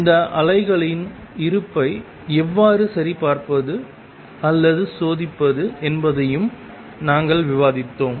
இந்த அலைகளின் இருப்பை எவ்வாறு சரிபார்ப்பது அல்லது சோதிப்பது என்பதையும் நாங்கள் விவாதித்தோம்